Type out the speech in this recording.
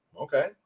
Okay